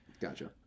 gotcha